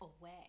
away